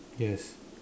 yes